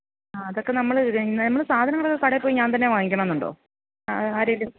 ആ അതൊക്കെ നമ്മൾ നമ്മൾ സാധനങ്ങൾ കടയിൽ പോയി ഞാന് തന്നെ വാങ്ങിക്കണം എന്നുണ്ടോ ആ ആരെങ്കിലും